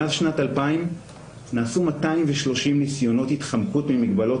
מאז שנת 2000 נעשו 230 ניסיונות התחמקות ממגבלות